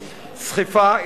סחיפה,